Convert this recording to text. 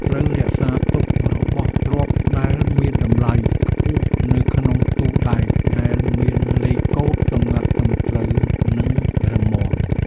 ត្រូវរក្សាទុករបស់ទ្រព្យដែលមានតម្លៃខ្ពស់នៅក្នុងទូដែកដែលមានលេខកូដសម្ងាត់ត្រឹមត្រូវនិងរឹងមាំ។